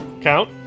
count